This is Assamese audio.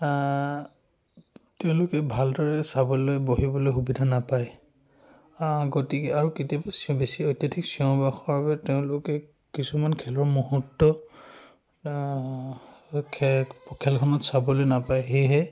তেওঁলোকে ভালদৰে চাবলৈ বহিবলৈ সুবিধা নাপায় গতিকে আৰু কেতিয়াবা বেছি অত্যাধিক চিঞৰ বাখৰৰ বাবে তেওঁলোকে কিছুমান খেলৰ মুহূৰ্ত খে খেলখনত চাবলৈ নাপায় সেয়েহে